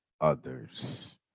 others